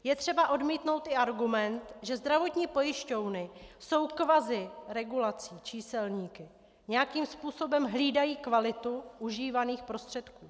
Je třeba odmítnout i argument, že zdravotní pojišťovny jsou kvaziregulací číselníky, nějakým způsobem hlídají kvalitu užívaných prostředků.